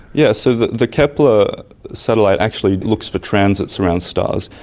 yeah so the the kepler satellite actually looks for transits around stars,